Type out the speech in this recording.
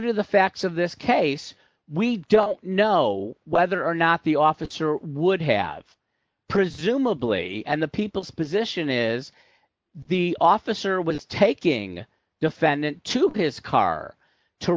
to the facts of this case we don't know whether or not the officer would have presumably and the people's position is the officer was taking defendant to his car to